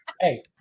Hey